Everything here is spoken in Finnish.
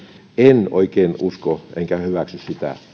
en oikein usko enkä hyväksy sitä